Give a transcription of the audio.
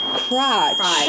crotch